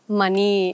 money